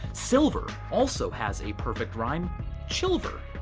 silver also has a perfect rhyme chilver,